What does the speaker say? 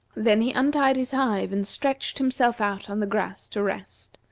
then he untied his hive and stretched himself out on the grass to rest.